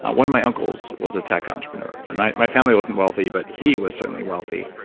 ah one of my uncles was a tech entrepreneur and my my family wasn't wealthy, but he was certainly wealthy.